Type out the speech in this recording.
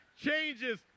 changes